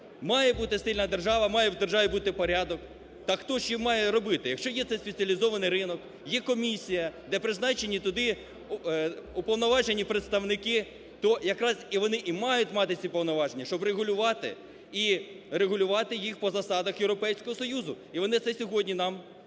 має бути сильна держава, має в державі бути порядок. Так хто ж їх має робити? Якщо є цей спеціалізований ринок, є комісія, де призначені туди уповноважені представники, то якраз вони і мають мати ці повноваження, щоб регулювати і регулювати їх по засадах Європейського Союзу. І вони це сьогодні нам пропонують,